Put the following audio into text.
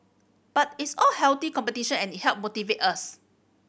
but it's all healthy competition and it help motivate us